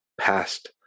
past